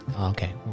Okay